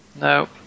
No